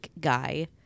guy